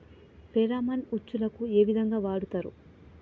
Pheromone ఉచ్చులకు ఏ విధంగా వాడుతరు?